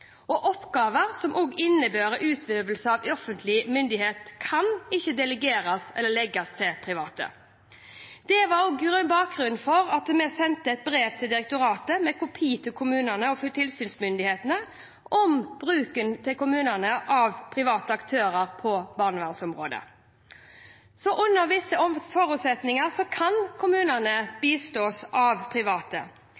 og oppgaver som innebærer utøvelse av offentlig myndighet, kan ikke delegeres eller legges til private. Det var bakgrunnen for at jeg sendte et brev til direktoratet med kopi til kommunene og tilsynsmyndighetene om kommunenes bruk av private aktører på barnevernsområdet. Under visse forutsetninger kan kommunene bistås av private. I brevet som jeg sendte ut, gis det konkret veiledning om hvordan kommunene kan